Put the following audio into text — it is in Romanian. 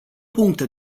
puncte